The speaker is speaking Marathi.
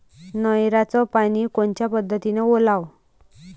नयराचं पानी कोनच्या पद्धतीनं ओलाव?